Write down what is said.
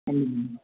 ହୁଁ ହୁଁ